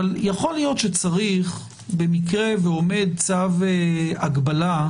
אבל יכול להיות שצריך, במקרה שעומד צו הגבלה,